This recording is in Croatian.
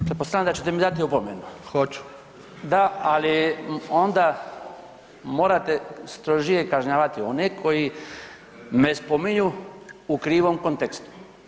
Pretpostavljam da ćete mi dati opomenu [[Upadica predsjednik: Hoću.]] da, ali onda morate strožije kažnjavati one koji me spominju u krivom kontekstu.